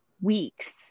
weeks